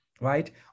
right